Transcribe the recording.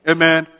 Amen